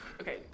Okay